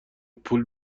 پول